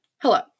Hello